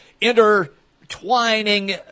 intertwining